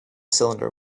cylinder